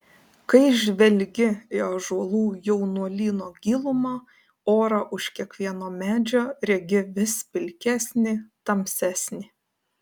kai žvelgi į ąžuolų jaunuolyno gilumą orą už kiekvieno medžio regi vis pilkesnį tamsesnį